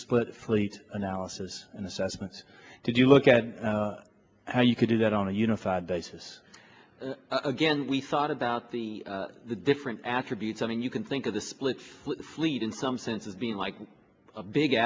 split fleet analysis and assessments to do look at how you could do that on a unified basis again we thought about the the different attributes and you can think of the splits fleet in some sense of being like a big